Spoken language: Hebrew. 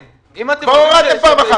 כבר הורדתם פעם אחת,